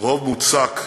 רוב מוצק,